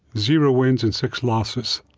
zero wins, and six losses.